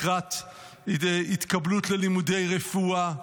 לקראת קבלה ללימודי רפואה.